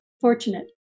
fortunate